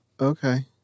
Okay